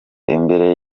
imbere